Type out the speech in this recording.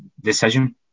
decision